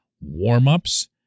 warm-ups